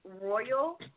Royal